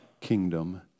kingdom